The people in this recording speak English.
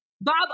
Bob